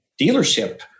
dealership